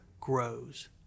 grows